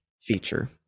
feature